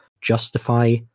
justify